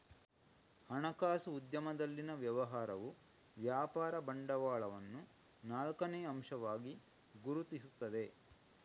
ಹಣಕಾಸು ಉದ್ಯಮದಲ್ಲಿನ ವ್ಯವಹಾರವು ವ್ಯಾಪಾರ ಬಂಡವಾಳವನ್ನು ನಾಲ್ಕನೇ ಅಂಶವಾಗಿ ಗುರುತಿಸುತ್ತದೆ